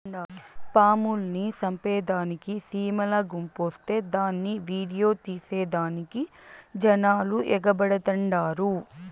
పాముల్ని సంపేదానికి సీమల గుంపొస్తే దాన్ని ఈడియో తీసేదానికి జనాలు ఎగబడతండారు